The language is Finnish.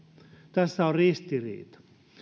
tässä on ristiriita